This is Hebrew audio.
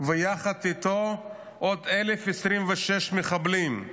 ויחד איתו עוד 1,026 מחבלים,